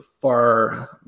far